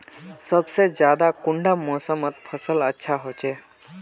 सबसे ज्यादा कुंडा मोसमोत फसल अच्छा होचे?